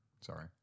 sorry